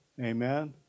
Amen